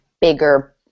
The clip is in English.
bigger